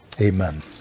Amen